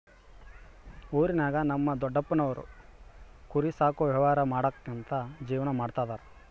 ಊರಿನಾಗ ನಮ್ ದೊಡಪ್ಪನೋರು ಕುರಿ ಸಾಕೋ ವ್ಯವಹಾರ ಮಾಡ್ಕ್ಯಂತ ಜೀವನ ಮಾಡ್ತದರ